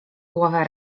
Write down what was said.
głowę